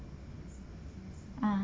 ah